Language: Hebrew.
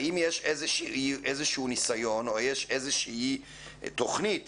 האם יש איזשהו ניסיון או יש איזושהי תוכנית